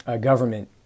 government